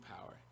power